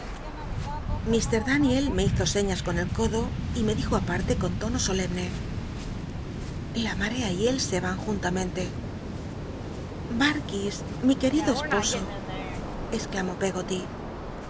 daniel me hizo sciias con el codo y me dijo aparte con tono solemne la marta y él e vau juntamente darkis mi qucl'ido esposo exclamó pcg